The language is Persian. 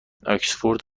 آکسفورد